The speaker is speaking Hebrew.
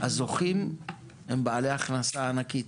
הזוכים הם בעלי הכנסה ענקית.